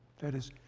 that is,